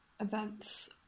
events